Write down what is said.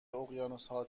اقیانوسها